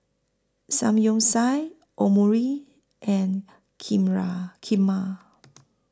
Samgyeopsal Omurice and Kheera Kheema